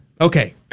Okay